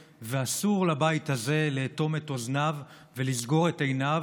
ויש עוד דעה נוספת של חברת הכנסת